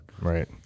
right